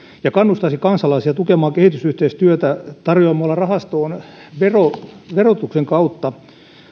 ja kannustaisi kansalaisia tukemaan kehitysyhteistyötä tarjoamalla rahastoon verotuksen verotuksen kautta